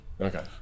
Okay